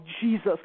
Jesus